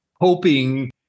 hoping